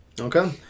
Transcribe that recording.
Okay